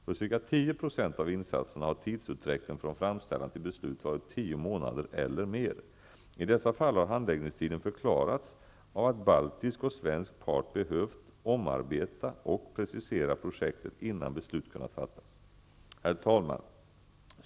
För ca 10 % av insatserna har tidsutdräkten från framställan till beslut varit tio månader eller mer. I dessa fall har handläggningstiden förklarats av att baltisk och svensk part behövt omarbeta och precisera projektet innan beslut kunnat fattas. Herr talman!